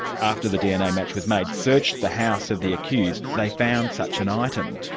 after the dna match was made, searched the house of the accused, they found such an item.